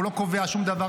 הוא לא קובע שום דבר,